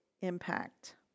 impact